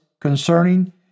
concerning